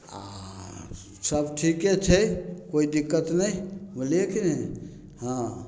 आओर सब ठीके छै कोइ दिक्कत नहि बुझलियै कि ने हँ